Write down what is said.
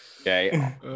okay